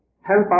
help